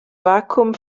vakuum